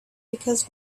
because